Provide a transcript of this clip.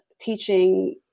teaching